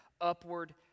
Upward